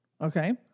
Okay